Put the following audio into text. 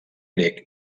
grec